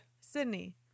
Sydney